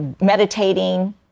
meditating